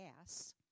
gas